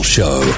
Show